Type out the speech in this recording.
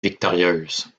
victorieuse